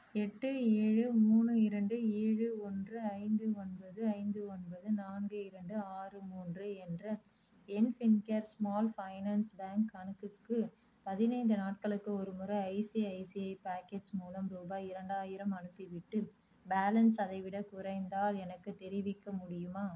எட்டு ஏழு மூணு இரண்டு ஏழு ஒன்று ஐந்து ஒன்பது ஐந்து ஒன்பது நான்கு இரண்டு ஆறு மூன்று என்ற என் ஃபின்கேர் ஸ்மால் ஃபைனான்ஸ் பேங்க் கணக்குக்கு பதினைந்து நாட்களுக்கு ஒருமுறை ஐசிஐசிஐ பாக்கெட்ஸ் மூலம் ரூபாய் இரண்டாயிரம் அனுப்பிவிட்டு பேலன்ஸ் அதைவிடக் குறைந்தால் எனக்கு தெரிவிக்க முடியுமா